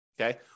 Okay